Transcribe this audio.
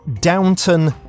Downton